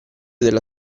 della